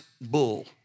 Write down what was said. bull